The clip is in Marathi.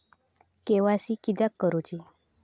के.वाय.सी किदयाक करूची?